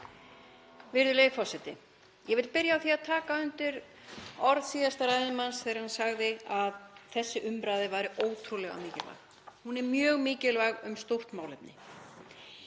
Virðulegi forseti. Ég vil byrja á því að taka undir orð síðasta ræðumanns þegar hún sagði að þessi umræða væri ótrúlega mikilvæg. Hún er mjög mikilvæg um stórt málefni.